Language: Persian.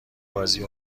بازی